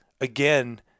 Again